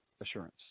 assurance